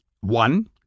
one